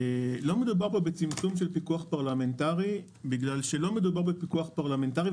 לא מדובר פה בצמצום של פיקוח פרלמנטרי כי לא מדובר בפיקוח פרלמנטרי,